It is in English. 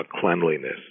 cleanliness